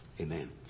amen